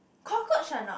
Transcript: cockroach are not